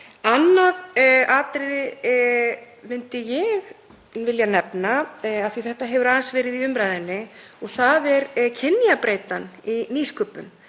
Annað atriði myndi ég vilja nefna, af því að þetta hefur aðeins verið í umræðunni, og það er kynjabreytan í nýsköpun.